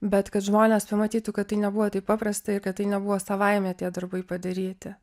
bet kad žmonės pamatytų kad tai nebuvo taip paprasta ir kad tai nebuvo savaime tie darbai padaryti